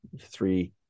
three